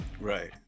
Right